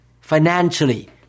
financially